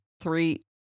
three